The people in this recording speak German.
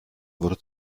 wurde